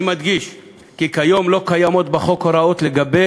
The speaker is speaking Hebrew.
אני מדגיש כי כיום לא קיימות בחוק הוראות לגבי